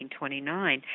1929